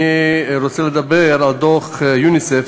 אני רוצה לדבר על דוח יוניסף,